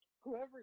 whoever